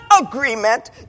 agreement